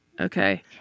Okay